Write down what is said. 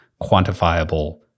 quantifiable